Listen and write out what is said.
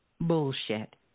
bullshit